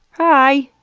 hi!